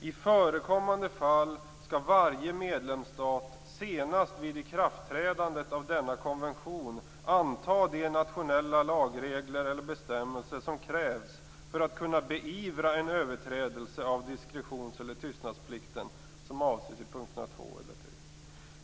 "I förekommande fall skall varje medlemsstat senast vid ikraftträdandet av denna konvention anta de nationella lagregler eller bestämmelser som krävs för att kunna beivra en överträdelse av diskretions eller tystnadsplikten som avses i punkterna 2 eller 3.